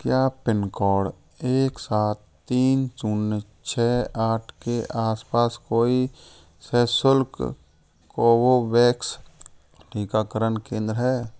क्या पिनकोड एक सात तीन शून्य छः आठ के आस पास कोई सशुल्क कोवोवैक्स टीकाकरण केंद्र है